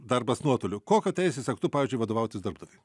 darbas nuotoliu kokio teisės aktu pavyzdžiui vadovautis darbdaviui